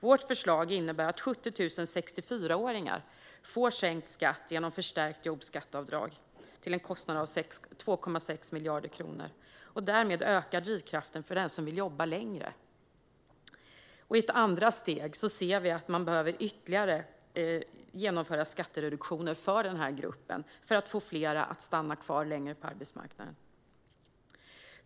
Vårt förslag innebär att 70 000 64-åringar får sänkt skatt genom förstärkt jobbskatteavdrag till en kostnad av 2,6 miljarder kronor. Därmed ökar drivkraften för den som vill jobba längre. I ett andra steg ser vi att man behöver genomföra ytterligare skattereduktioner för denna grupp för att få fler att stanna kvar längre på arbetsmarknaden.